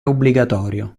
obbligatorio